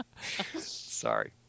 sorry